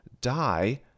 die